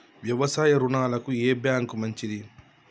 వ్యవసాయ రుణాలకు ఏ బ్యాంక్ మంచిది?